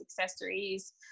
accessories